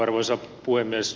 arvoisa puhemies